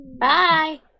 Bye